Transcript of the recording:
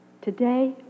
Today